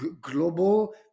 global